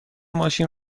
ماشین